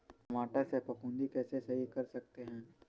टमाटर से फफूंदी कैसे सही कर सकते हैं?